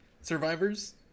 survivors